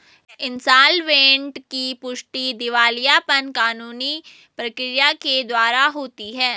insolvent की पुष्टि दिवालियापन कानूनी प्रक्रिया के द्वारा होती है